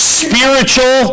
spiritual